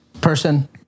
Person